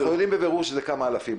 אנחנו יודעים בבירור שזה כמה אלפים.